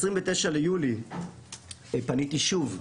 ב-29 ליולי פניתי שוב,